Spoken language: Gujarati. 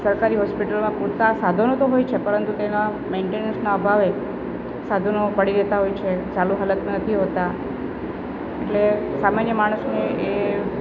સરકારી હોસ્પિટલમાં પૂરતા સાધનો તો હોય છે પરંતુ તેના મેન્ટેનન્સનાં અભાવે સાધનો પડી રહેતા હોય છે ચાલુ હાલતમાં નથી હોતા એટલે સામાન્ય માણસને એ